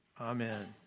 Amen